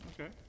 Okay